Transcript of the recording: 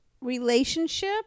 relationship